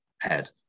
head